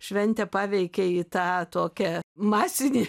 šventę paveikė į tą tokią masinį